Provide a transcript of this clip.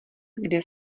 kde